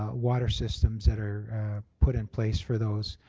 ah water systems that are put in place for those,